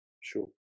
Sure